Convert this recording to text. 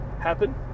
happen